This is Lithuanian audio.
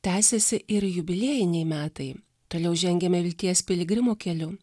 tęsiasi ir jubiliejiniai metai toliau žengiame vilties piligrimo keliu